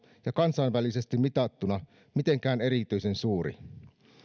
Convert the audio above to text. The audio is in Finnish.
ja kansainvälisesti mitattuna mitenkään erityisen suuri